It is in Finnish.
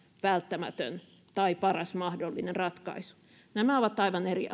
välttämätön tai paras mahdollinen ratkaisu nämä ovat aivan eri